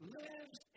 lives